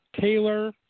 Taylor